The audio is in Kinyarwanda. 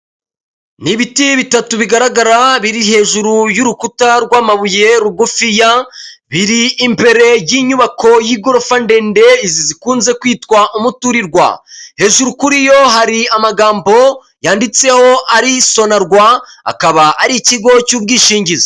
Ni ibiti bitatu bigaragara biri hejuru y'urukuta rw'amabuye rugufi ya biri imbere y'inyubako y'igorofa ndende zikunze kwitwa umuturirwa hejuru kuri yo hari amagambo yanditseho ari isonarwa akaba ari ikigo cy'ubwishingizi.